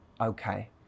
okay